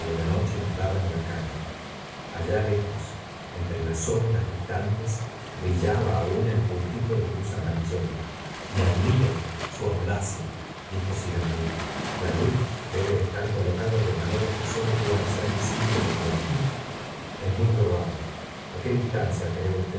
la noche nos daba en la cara allá lejos entre las sombras distantes brillaba aún el puntito de luz amarillenta me admira su audacia dijo sir enrique la luz debe estar colocada de manera que sólo pueda ser visible desde aquí es muy probable a qué distancia cree usted